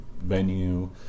venue